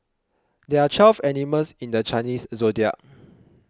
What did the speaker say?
there are twelve animals in the Chinese zodiac